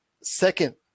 second